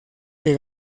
que